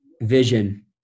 vision